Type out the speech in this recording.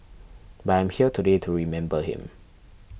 but I'm here today to remember him